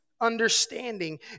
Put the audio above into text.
understanding